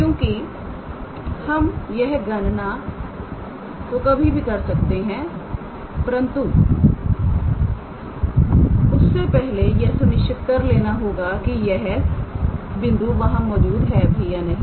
क्योंकि हम यह गणना तो कभी भी कर सकते हैं परंतु उससे पहले यह सुनिश्चित कर लेना होगा कि यह बिंदु वहां मौजूद है भी या नहीं